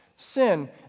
Sin